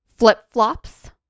flip-flops